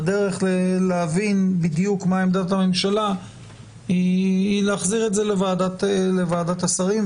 והדרך להבין בדיוק מהי עמדת הממשלה היא להחזיר את זה לוועדת השרים,